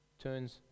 turns